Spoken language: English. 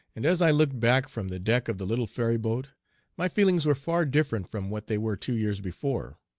and as i looked back from the deck of the little ferryboat my feelings were far different from what they were two years before.